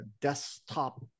desktop